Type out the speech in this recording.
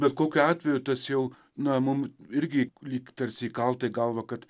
bet kokiu atveju tas jau na mum irgi lyg tarsi įkalta į galvą kad